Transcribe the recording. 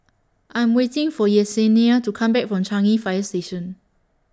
I Am waiting For Yessenia to Come Back from Changi Fire Station